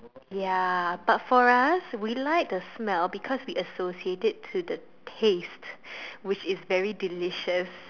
ya but for us we like the smell because we associate it to the taste which is very delicious